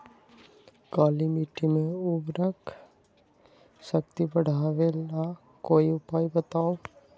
काली मिट्टी में उर्वरक शक्ति बढ़ावे ला कोई उपाय बताउ?